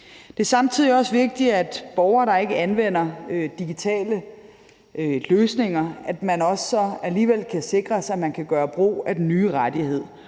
Det er samtidig også vigtigt at sikre, at borgere, der ikke anvender digitale løsninger, alligevel kan gøre brug af den nye rettighed.